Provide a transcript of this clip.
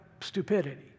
stupidity